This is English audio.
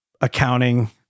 accounting